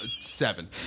seven